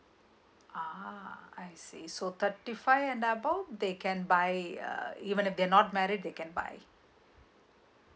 ah I see so thirty five and above they can buy uh even if they're not married they can buy